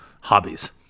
hobbies